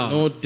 no